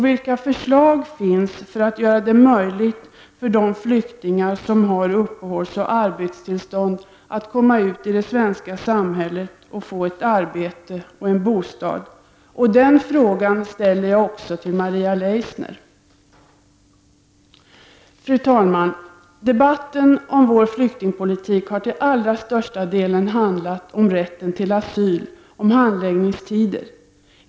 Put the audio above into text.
Vilka förslag finns för att göra det möjligt för de flyktingar som har uppehållsoch arbetstillstånd att komma ut i det svenska samhället, att få ett arbete och en bostad? Den frågan riktar jag till Maria Leissner. Fru talman! Debatten om vår flyktingpolitik har till allra största delen handlat om rätten till asyl och om handläggningstiderna.